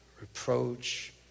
reproach